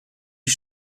die